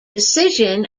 decision